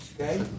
Okay